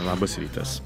labas rytas